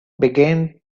began